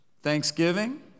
thanksgiving